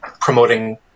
promoting